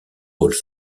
rôles